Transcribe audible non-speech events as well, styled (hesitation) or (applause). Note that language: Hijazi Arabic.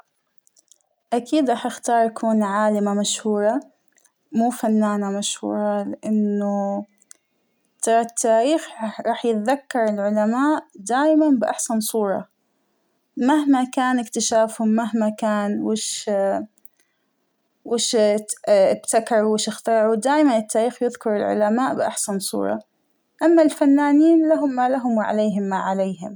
أكيد راح أختار أكون عالمة مشهورة ، مو فنانة مشهورة ،لأنه ترى التاريخ راح يتذكر العلماء دائًما بأحسن صورة ، مهما كان إكتشافهم مهما كان وش (hesitation) وش ت - وش أبتكروا وش أخترعوا ، دايماً التاريخ يذكر العلماء بأحسن صورة أما الفنانين لهم ما لهم وعليهم ما عليهم.